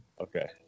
Okay